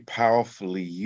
powerfully